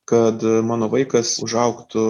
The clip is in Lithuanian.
kad mano vaikas užaugtų